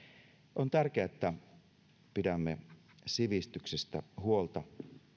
on tärkeää että pidämme sivistyksestä huolta